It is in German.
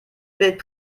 bild